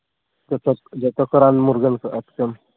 ᱡᱚᱛᱚ ᱡᱚᱛᱚ ᱠᱚ ᱨᱟᱱ ᱢᱩᱨᱜᱟᱹᱱ ᱠᱚᱜᱼᱟ ᱦᱩᱛᱠᱟᱹᱢ